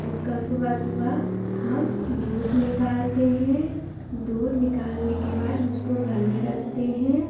उसका सुबह सुबह हम दूध निकालते हैं दूध निकालने के बाद हम उसको घर में रखते हैं